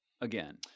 again